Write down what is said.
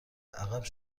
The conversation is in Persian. عقب